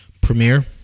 premiere